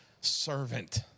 servant